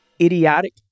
idiotic